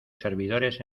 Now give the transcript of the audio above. servidores